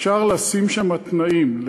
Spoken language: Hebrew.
אפשר לשים שם תנאים.